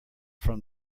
from